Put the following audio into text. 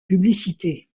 publicités